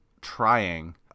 trying